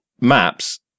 Maps